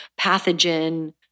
pathogen